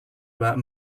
about